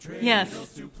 yes